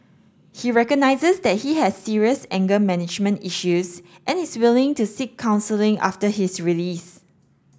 he recognises that he has serious anger management issues and is willing to seek counselling after his release